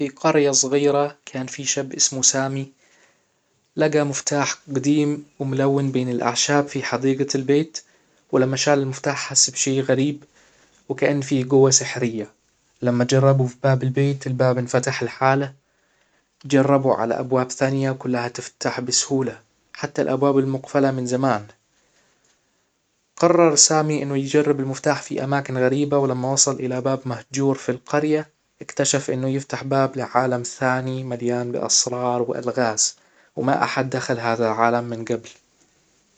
في قرية صغيرة كان في شاب اسمه سامي لجى مفتاح جديم وملون بين الاعشاب في حديجة البيت ولما شال المفتاح حس بشئ غريب وكأن فيه جوة سحرية لما جربوا في باب البيت الباب انفتح لحاله جربوا على ابواب ثانية كلها تفتح بسهولة حتى الابواب المقفلة من زمان قرر سامي انه يجرب المفتاح في اماكن غريبة ولما وصل الى باب مهجور في القرية اكتشف انه يفتح باب لعالم ثاني مليان باسرار والغاز وما احد دخل هذا العالم من جبل